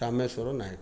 Tameshwar Nayak